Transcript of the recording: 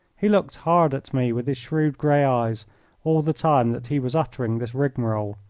he looked hard at me with his shrewd grey eyes all the time that he was uttering this rigmarole,